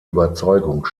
überzeugung